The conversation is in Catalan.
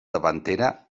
davantera